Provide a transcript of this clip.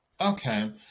Okay